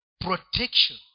protection